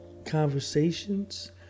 Conversations